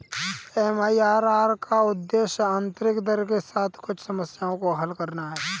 MIRR का उद्देश्य आंतरिक दर के साथ कुछ समस्याओं को हल करना है